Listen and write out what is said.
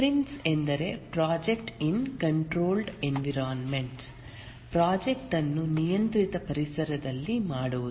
prince ಎಂದರೆ project in controlled environments project ಅನ್ನು ನಿಯಂತ್ರಿತ ಪರಿಸರದಲ್ಲಿ ಮಾಡುವುದು